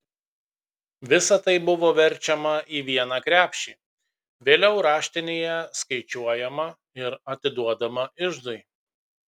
visa tai buvo verčiama į vieną krepšį vėliau raštinėje skaičiuojama ir atiduodama iždui